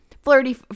Flirty